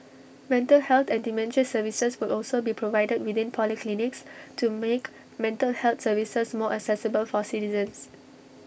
mental health and dementia services will also be provided within polyclinics to make mental health services more accessible for citizens